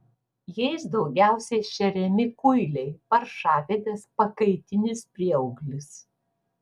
jais daugiausiai šeriami kuiliai paršavedės pakaitinis prieauglis